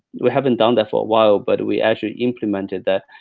we haven't done that for a while, but we actually implemented that,